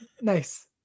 nice